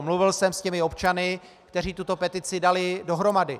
Mluvil jsem s těmi občany, kteří tuto petici dali dohromady.